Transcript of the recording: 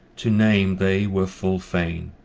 to name they were full fain,